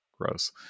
gross